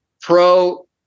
pro